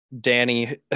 Danny